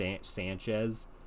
Sanchez